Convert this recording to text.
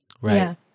Right